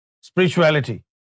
spirituality